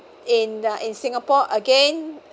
in uh in singapore again